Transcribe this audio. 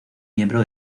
miembro